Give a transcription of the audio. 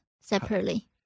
separately